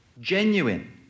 genuine